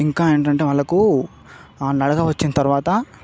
ఇంకా ఏంటంటే వాళ్ళకు నడక వచ్చిన తర్వాత